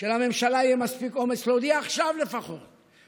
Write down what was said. שלממשלה יהיה מספיק אומץ להודיע לפחות עכשיו.